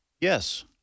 Yes